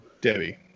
Debbie